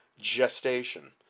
gestation